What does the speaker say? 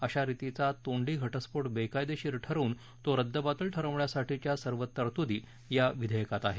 अशा रितीचा तोंडी घटस्फोट बेकायदेशीर ठरवून तो रद्दबातल ठरवण्यासाठीच्या सर्व तरतूदी या विधेयकात आहेत